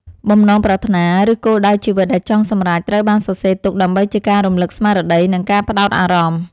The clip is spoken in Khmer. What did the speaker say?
បំណងប្រាថ្នា ឬគោលដៅជីវិតដែលចង់សម្រេច ត្រូវបានសរសេរទុកដើម្បីជាការរំលឹកស្មារតី និងការផ្ដោតអារម្មណ៍។